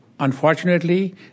Unfortunately